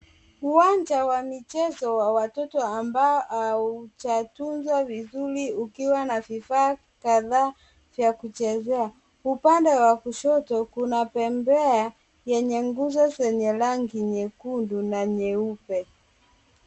Uwanja wa michezo wa watoto ambao hujatunzwa vizuri ukiwa na vifaa kadhaa vya kuchezea. Upande wa kushoto kuna bembea yenye nguzo zenye rangi nyekundu na nyeupe.